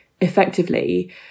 effectively